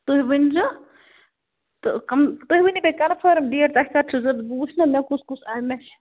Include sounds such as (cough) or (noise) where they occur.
تُہۍ ؤنۍزیٚو تہٕ کم تُہۍ ؤنِو بیٚیہِ کنفٲرٕم ڈیٹ تۄہہِ کَرچھِو ضروٗرت بہِ وُچھٕ نا مےٚ کُس کُس (unintelligible) مےٚ چھُ